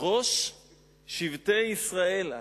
ראש שבטי ישראל אתה".